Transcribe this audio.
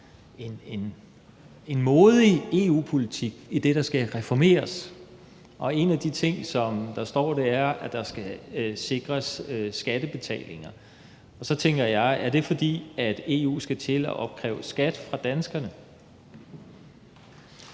en modig EU-politik om det, der skal reformeres, og en af de ting, som der står, er, at der skal sikres skattebetalinger, og så tænker jeg: Er det, fordi EU skal til at opkræve skat fra danskerne?